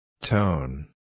Tone